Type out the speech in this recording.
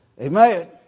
Amen